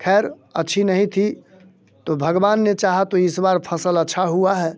खैर अच्छी नहीं थी तो भगवान ने चाहा तो इस बार फसल अच्छा हुआ है